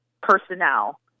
personnel